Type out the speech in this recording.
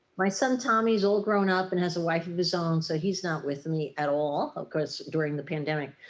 my son, tommy is all grown up and has a wife of his own. so he's not with me at all, of course, during the pandemic.